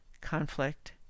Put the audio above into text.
conflict